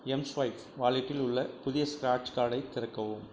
mSwipe வாலெட்டில் உள்ள புதிய ஸ்க்ராட்ச் கார்டை திறக்கவும்